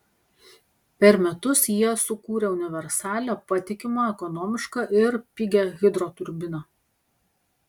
per metus jie sukūrė universalią patikimą ekonomišką ir pigią hidroturbiną